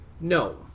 No